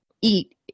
eat